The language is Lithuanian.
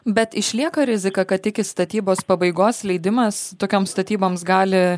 bet išlieka rizika kad iki statybos pabaigos leidimas tokioms statyboms gali